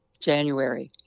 January